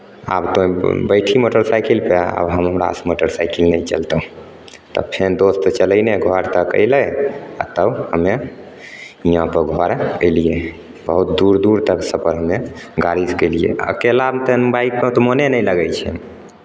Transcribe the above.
आब तोँ बैठही मोटरसाइकिलपर आब हमरासँ मोटरसाइकिल नहि चलतौ तब फेर दोस्त चलयने घर तक अयलै आ तब हम्मे हीआँपर दुबारा अयलियै बहुत दूर दूर तक सफर हम्मे गाड़ीसँ कयलियै अकेलामे तऽ बाइकपर मोने नहि लगै छै